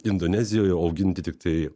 indonezijoje auginti tiktai